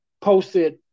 posted